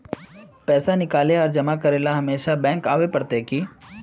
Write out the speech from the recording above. पैसा निकाले आर जमा करेला हमेशा बैंक आबेल पड़ते की?